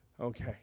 Okay